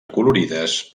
acolorides